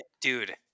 dude